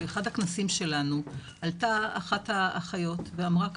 באחד הכנסים שלנו עלתה אחת האחיות ואמרה ככה: